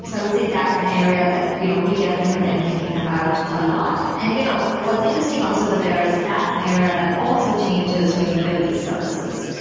so i would say that's an area that you know we definitely have been thinking about a lot and you know what's interesting also over there is that's an area that also changes when you build these services,